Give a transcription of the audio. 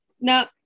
Now